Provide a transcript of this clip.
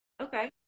okay